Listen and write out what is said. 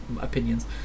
opinions